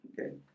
Okay